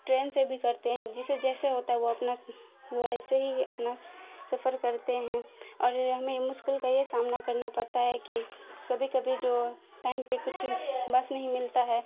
train سے بھی کرتے ہیں جسے جیسے ہوتا ہے وہ اپنا وہ ایسے ہی اپنا سفر کرتے ہیں اور ہمیں مشکل کا یہ سامنا کرنا پڑتا ہے کہ کبھی کبھی جو ٹائم پہ کچھ بس نہیں ملتا ہے